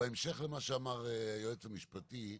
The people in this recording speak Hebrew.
בהמשך למה שאמר היועץ המשפטי,